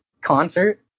concert